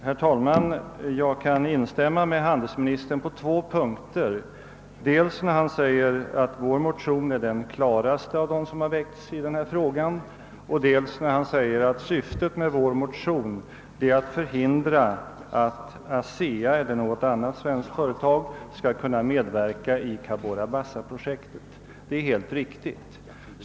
Herr talman! Jag kan instämma med handelsministern på två punkter, dels när han säger att vår motion är den klaraste av dem som har väckts i denna fråga, dels när han säger att syftet med vår motion är att förhindra att ASEA eller något annat svenskt företag medverkar i Cabora Bassa-projektet. Det är helt riktigt.